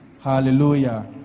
Hallelujah